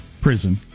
Prison